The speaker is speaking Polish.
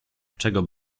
czego